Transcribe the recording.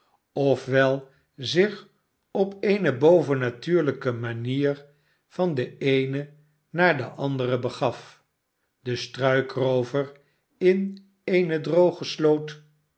wel zich op eene bovennatuurhjke manier van de ene naar de andere begaf de struikroover m eene droge sloot